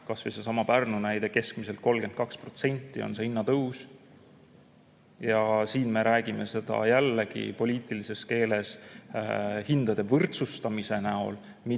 kas või seesama Pärnu näide, keskmiselt 32% on hinnatõus. Ja siin me räägime jällegi poliitilises keeles hindade võrdsustamisest,